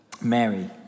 Mary